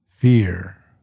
fear